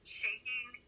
shaking